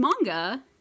manga